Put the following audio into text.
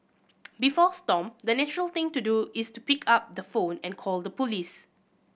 before Stomp the natural thing to do is to pick up the phone and call the police